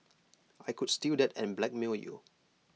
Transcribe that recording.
I could steal that and blackmail you